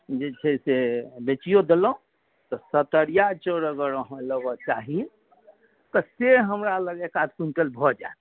जे छै से बेचिओ देलौँ तऽ सतरिआ चाउर अगर अहाँ लेबऽ चाही तऽ से हमरा लग एकाध कुन्टल भऽ जाएत